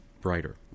brighter